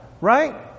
right